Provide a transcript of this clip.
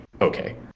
okay